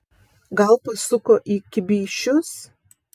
gal pasuko į kibyšius